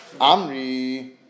Amri